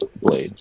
blade